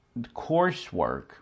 coursework